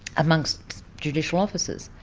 amongst judicial officers,